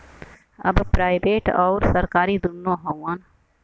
अब प्राइवेट अउर सरकारी दुन्नो हउवन